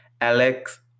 Alex